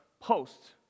posts